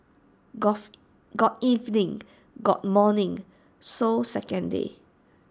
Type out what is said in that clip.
gulf got evening got morning so second day